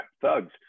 thugs